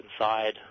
inside